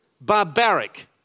Barbaric